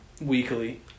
weekly